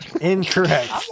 Incorrect